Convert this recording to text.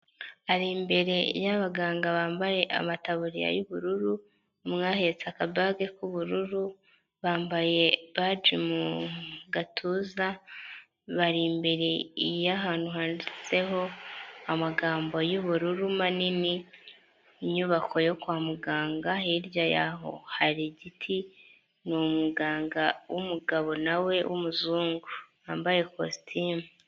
Ari imbere y'abaganga bambaye amataburiya y'ubururu, umwe ahetse akabaga k'ubururu, bambaye baji mu gatuza, bari imbere y'ahantu handitseho amagambo y'ubururu manini, inyubako yo kwa muganga, hirya yaho hari igiti, ni umuganga w'umugabo na we w'umuzungu wambaye kositimu.